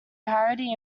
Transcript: parody